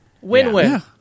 win-win